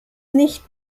nicht